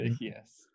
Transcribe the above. Yes